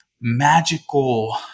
magical